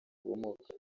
ubumuga